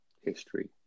history